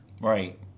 Right